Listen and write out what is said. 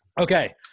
Okay